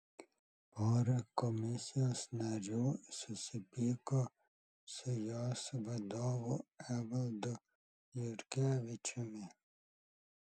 pora komisijos narių susipyko su jos vadovu evaldu jurkevičiumi